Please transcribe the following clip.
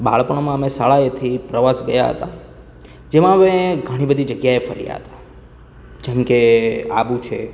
બાળપણમાં અમે શાળાએથી પ્રવાસ ગયા હતા જેમાં અમે ઘણી બધી જગ્યાએ ફર્યા હતા જેમ કે આબુ છે